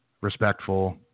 respectful